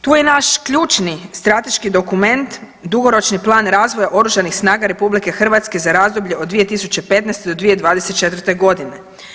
Tu je i naš ključni strateški dokument, dugoročni plan razvoja Oružanih snaga RH za razdoblje od 2015. do 2024. godine.